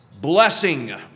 Blessing